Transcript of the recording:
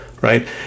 right